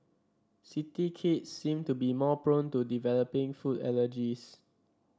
city kids seem to be more prone to developing food allergies